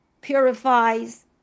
purifies